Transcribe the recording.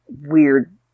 weird